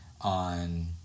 on